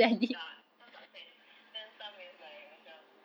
ya some success then some is like macam